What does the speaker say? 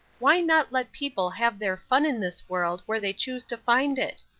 why not let people have their fun in this world where they choose to find it?